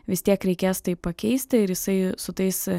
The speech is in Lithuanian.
vis tiek reikės tai pakeisti ir jisai su tais